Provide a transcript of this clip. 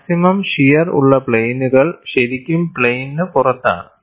maximum shear ഉള്ള പ്ലെയിനുകൾ ശരിക്കും പ്ലെയിനു പുറത്താണ്